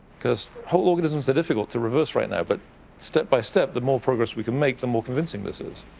because whole organisms are difficult to reverse right now, but step by step, the more progress we can make, the more convincing this is.